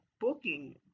booking